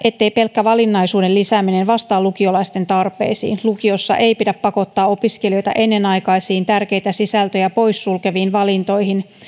ettei pelkkä valinnaisuuden lisääminen vastaa lukiolaisten tarpeisiin lukiossa ei pidä pakottaa opiskelijoita ennenaikaisiin tärkeitä sisältöjä pois sulkeviin valintoihin